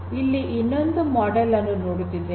ಇಲ್ಲಿ ಇನ್ನೊಂದು ಮಾಡೆಲ್ ಅನ್ನು ನೋಡುತ್ತಿದ್ದೇವೆ